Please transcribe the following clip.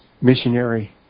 missionary